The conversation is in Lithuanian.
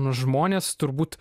žmonės turbūt